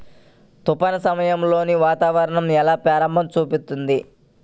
తుఫాను సమయాలలో వాతావరణం ఎలా ప్రభావం చూపుతుంది?